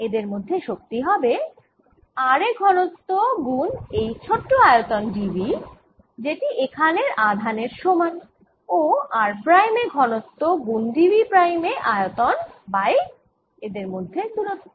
এদের মধ্যে শক্তি হবে r এ ঘনত্ব গুণ এই ছোট আয়তন dv যেটি এখানের আধানের সমান ও r প্রাইম এ ঘনত্ব গুণ dv প্রাইম এ আয়তন বাই এদের মাঝের দূরত্ব